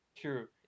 true